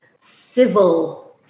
civil